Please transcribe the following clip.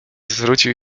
zwrócił